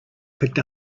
picked